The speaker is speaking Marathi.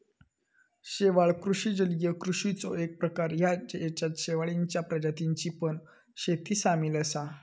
शेवाळ कृषि जलीय कृषिचो एक प्रकार हा जेच्यात शेवाळींच्या प्रजातींची पण शेती सामील असा